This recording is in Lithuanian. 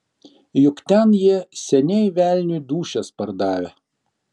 juk ten jie seniai velniui dūšias pardavę